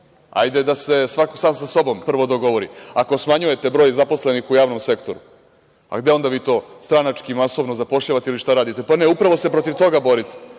da se svako sam sa sobom prvo dogovori, ako smanjujete broj zaposlenih u javnom sektoru, a gde onda vi to stranački masovno zapošljavate ili šta radite? Pa upravo se protiv toga borite.